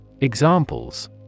Examples